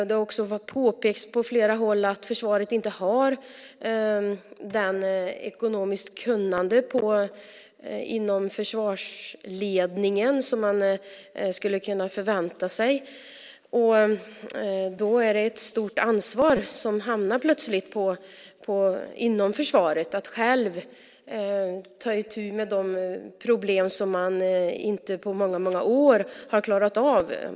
Det har också påpekats på flera håll att försvaret inte har det ekonomiska kunnandet inom försvarsledningen som man skulle kunna förvänta sig. Då är det ett stort ansvar som plötsligt hamnar inom försvaret att självt ta itu med de problem som man på många år inte har klarat av.